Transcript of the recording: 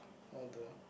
all the